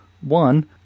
One